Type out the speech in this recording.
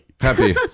Happy